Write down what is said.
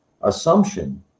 assumption